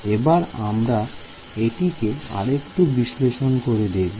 এবার আমরা এটিকে আরেকটু বিশ্লেষণ করে দেখব